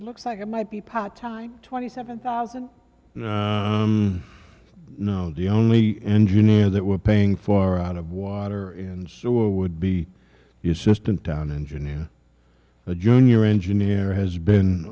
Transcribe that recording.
it looks like it might be part time twenty seven thousand no the only engineer that we're paying for out of water and so would be the system town engineer a junior engineer has been